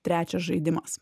trečias žaidimas